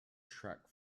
truck